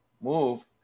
move